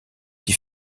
qui